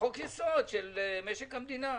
חוק יסוד של משק המדינה,